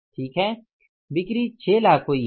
ठीक है बिक्री 6 लाख हुई है